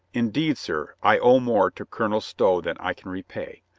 indeed, sir, i owe more to colonel stow than i can repay.